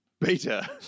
beta